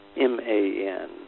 M-A-N